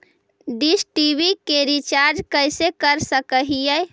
Dish TV के recharge कैसे कर सक हिय?